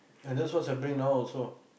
and that's what's happening now also